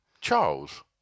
Charles